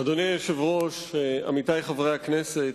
אדוני היושב-ראש, עמיתי חברי הכנסת,